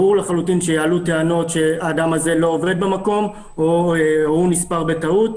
ברור לחלוטין שיעלו טענות שהאדם הזה לא עובד במקום או שהוא נספר בטעות.